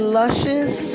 luscious